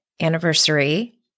anniversary